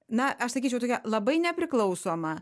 na aš sakyčiau tokia labai nepriklausoma